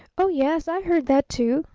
oh, yes! i heard that, too!